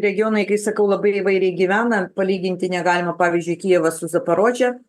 regionai kai sakau labai įvairiai gyvena palyginti negalima pavyzdžiui kijevą su zaporože